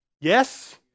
Yes